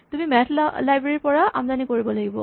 তুমি math library আমদানী কৰিব লাগিব